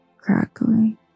crackling